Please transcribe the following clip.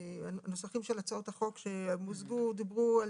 הנוסחים של הצעות החוק שמוזגו דיברו על